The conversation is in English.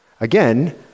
again